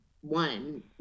one